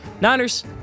Niners